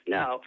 no